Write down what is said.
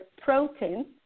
proteins